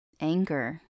anger